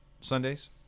Sundays